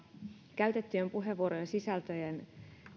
käytettyjen puheenvuorojen sisältöjen